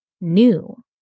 new